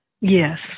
Yes